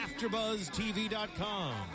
AfterBuzzTV.com